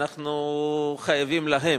אנחנו חייבים להם,